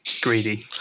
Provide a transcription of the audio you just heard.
greedy